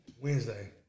Wednesday